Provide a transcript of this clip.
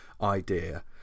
idea